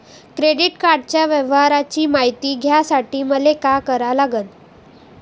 Credit कार्डाच्या व्यवहाराची मायती घ्यासाठी मले का करा लागन?